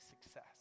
success